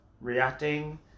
reacting